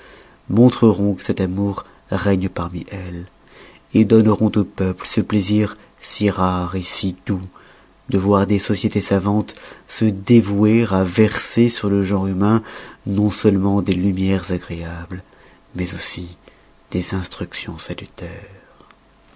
montreront que cet amour règne parmi elles et donneront aux peuples ce plaisir si rare si doux de voir des sociétés savantes se dévouer à verser sur le genre humain non seulement des lumières agréables mais aussi des instructions salutaires